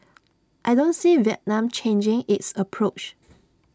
I don't see Vietnam changing its approach